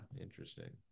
interesting